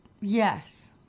yes